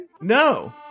No